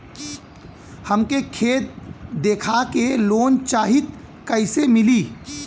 हमके खेत देखा के लोन चाहीत कईसे मिली?